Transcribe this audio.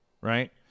right